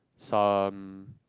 some